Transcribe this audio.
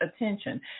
attention